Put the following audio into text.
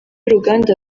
uruganda